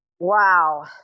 Wow